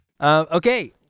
Okay